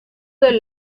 del